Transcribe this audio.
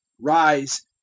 Rise